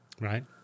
Right